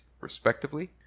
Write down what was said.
respectively